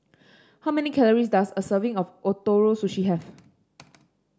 how many calories does a serving of Ootoro Sushi have